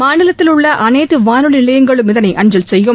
மாநிலத்தில் உள்ள அனைத்து வானொலி நிலையங்களும் இதனை அஞ்சல் செய்யும்